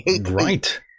Right